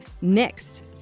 next